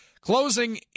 closing